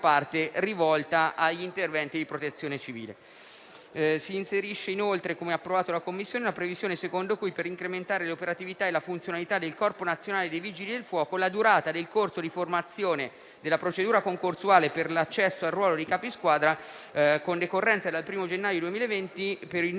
parte agli interventi di protezione civile. Si inserisce inoltre, come approvata dalla Commissione, la previsione secondo cui, per incrementare l'operatività e la funzionalità del Corpo nazionale dei vigili del fuoco, la durata del corso di formazione della procedura concorsuale per l'accesso al ruolo dei capi squadra, con decorrenza dal 1° gennaio 2020, per il